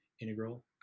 integral